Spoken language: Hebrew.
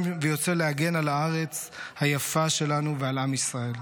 ויוצא להגן על הארץ היפה שלנו ועל עם ישראל.